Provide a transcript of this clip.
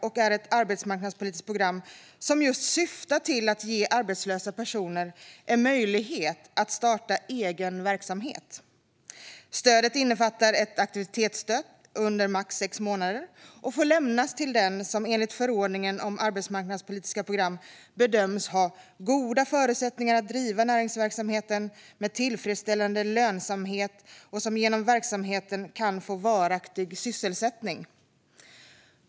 Det är ett arbetsmarknadspolitiskt program som just syftar till att ge arbetslösa personer en möjlighet att starta egen verksamhet. Stödet innefattar ett aktivitetsstöd under maximalt sex månader och får lämnas till den som enligt förordningen om arbetsmarknadspolitiska program bedöms ha "goda förutsättningar att driva näringsverksamheten med tillfredsställande lönsamhet och som genom verksamheten kan få varaktig sysselsättning".